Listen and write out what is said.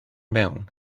mewn